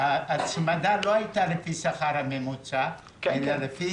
ההצמדה לא הייתה לפי השכר הממוצע אלא לפי